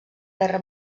guerra